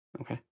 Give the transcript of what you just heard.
Okay